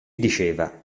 diceva